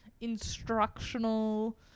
instructional